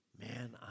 man